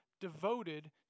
devoted